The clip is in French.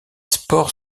spores